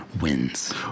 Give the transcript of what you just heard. wins